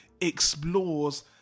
explores